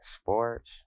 sports